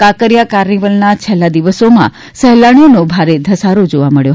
કાંકરિયા કાર્મિવલમાં છેલ્લા દિવસોમાં સહેલાણીઓનો ભારે ધસારો જોવા મળ્યો